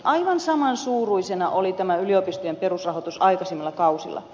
aivan saman suuruisena oli yliopistojen perusrahoitus aikaisemmilla kausilla